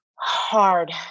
hard